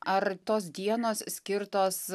ar tos dienos skirtos